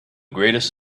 greatest